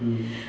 mm